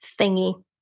thingy